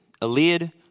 Eliad